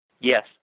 Yes